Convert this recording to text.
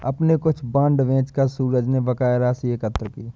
अपने कुछ बांड बेचकर सूरज ने बकाया राशि एकत्र की